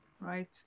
right